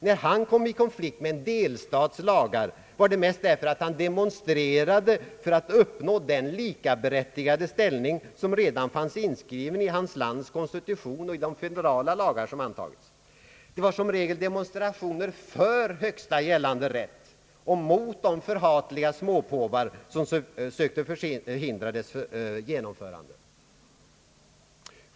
När han kom i konflikt med en delstats lagar var det mest därför att han demonstrerade för att uppnå den likaberättigade ställning som redan fanns inskriven i hans lands konstitution och i de federala lagar som antagits. Det var som regel demonstrationer för högsta gällande rätt och mot de förhatliga småpåvar som sökte förhindra dess genomförande.